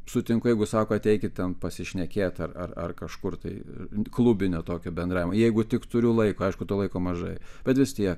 sutinku jeigu sako ateikit ten pasišnekėt ar ar ar kažkur tai klubinio tokio bendravimo jeigu tik turiu laiko aišku to laiko mažai bet vis tiek